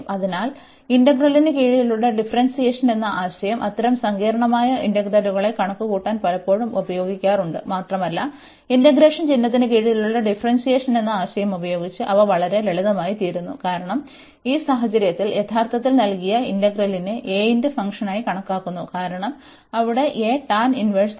അതിനാൽ ഇന്റഗ്രലിനു കീഴിലുള്ള ഡിഫറെന്സിയേഷൻ എന്ന ആശയം അത്തരം സങ്കീർണ്ണമായ ഇന്റഗ്രലുകളെ കണക്കുകൂട്ടാൻ പലപ്പോഴും ഉപയോഗിക്കാറുണ്ട് മാത്രമല്ല ഇന്റഗ്രേഷൻ ചിഹ്നത്തിന് കീഴിലുള്ള ഡിഫറെന്സിയേഷൻ എന്ന ആശയം ഉപയോഗിച്ച് അവ വളരെ ലളിതമായിത്തീരുന്നു കാരണം ഈ സാഹചര്യത്തിൽ യഥാർത്ഥത്തിൽ നൽകിയ ഇന്റഗ്രലിനെ aന്റെ ഫംഗ്ഷനായി കണക്കാക്കുന്നു കാരണം അവിടെ a ടാൻ ഇൻവെർസാണ്